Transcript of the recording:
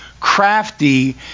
crafty